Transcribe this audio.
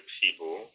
people